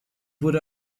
wurde